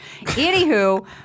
Anywho